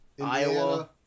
Iowa